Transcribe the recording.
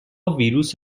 ویروس